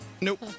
Nope